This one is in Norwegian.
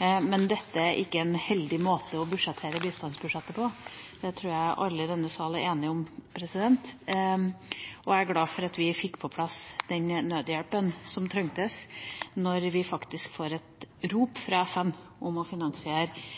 og dette er ikke en heldig måte å budsjettere bistandsbudsjettet på. Det tror jeg alle i denne salen er enige om. Jeg er glad for at vi fikk på plass den nødhjelpen som trengtes, da vi fikk et rop fra FN om å finansiere